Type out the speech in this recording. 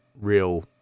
real